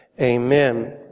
Amen